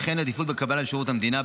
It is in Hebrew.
וכן עדיפות בקבלה לשירות המדינה,